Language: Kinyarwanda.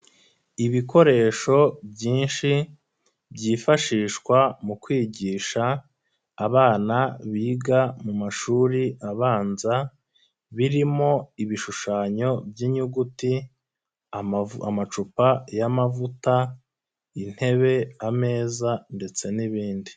Ibikoresho byinshi byifashishwa mu kwigisha abana biga mu mashuri abanza, birimo ibishushanyo by'inyuguti, amacupa y'amavuta, intebe, ameza ndetse n'ibindi.